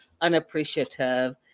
unappreciative